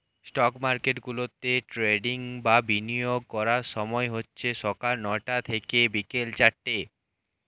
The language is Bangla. স্টক মার্কেটগুলোতে ট্রেডিং বা বিনিয়োগ করার সময় হচ্ছে সকাল নয়টা থেকে বিকেল চারটে